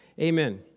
Amen